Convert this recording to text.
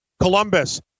Columbus